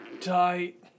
Tight